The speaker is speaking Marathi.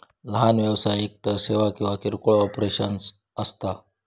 लहान व्यवसाय एकतर सेवा किंवा किरकोळ ऑपरेशन्स असता